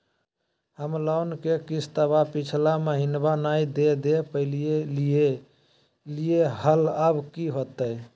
हम लोन के किस्तवा पिछला महिनवा नई दे दे पई लिए लिए हल, अब की होतई?